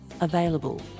available